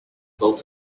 built